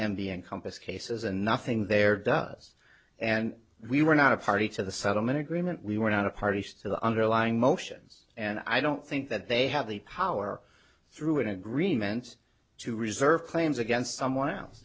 b encompass cases and nothing there does and we were not a party to the settlement agreement we were not a party to the underlying motions and i don't think that they have the power through an agreement to reserve claims against someone else